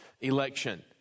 election